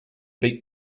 beat